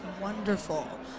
wonderful